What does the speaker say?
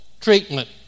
treatment